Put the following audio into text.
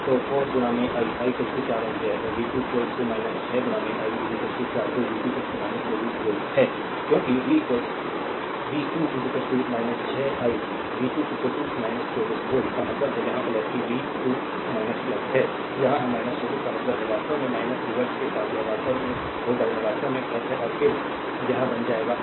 तो 4 i i 4 ampere और v 2 6 i 4 जो v 2 24 वोल्ट है क्योंकि v 2 6 i v 2 24 वोल्ट का मतलब है यहाँ पोलेरिटी v 2 है यह है 24 का मतलब है वास्तव में रिवर्स के साथ यह वास्तव में होगा यह वास्तव में है और फिर यह बन जाएगा समझ